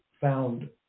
found